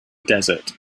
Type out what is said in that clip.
desert